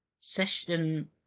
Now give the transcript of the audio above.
Session